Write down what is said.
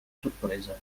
sorpresa